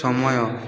ସମୟ